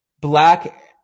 black